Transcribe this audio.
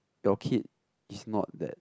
your kid is not that